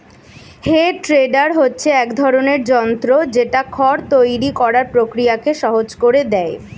হে tedder হচ্ছে এক ধরণের যন্ত্র যেটা খড় তৈরী করার প্রক্রিয়াকে সহজ করে দেয়